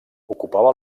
ocupava